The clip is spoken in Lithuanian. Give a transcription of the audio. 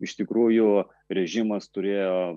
iš tikrųjų režimas turėjo